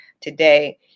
today